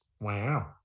wow